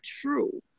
true